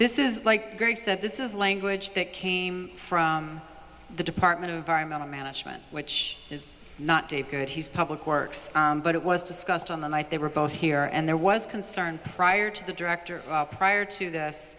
this is like that this is language that came from the department of environmental management which is not dave good he's public works but it was discussed on the night they were both here and there was concern prior to the director prior to this